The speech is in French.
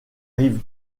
rive